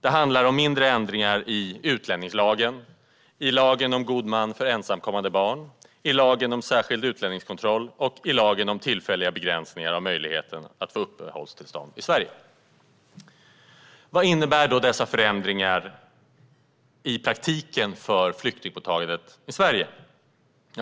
Det handlar om mindre ändringar i utlänningslagen, i lagen om god man för ensamkommande barn, i lagen om särskild utlänningskontroll och i lagen om tillfälliga begränsningar av möjligheten att få uppehållstillstånd i Sverige. Vad innebär då dessa förändringar i praktiken för flyktingmottagandet i Sverige?